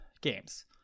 games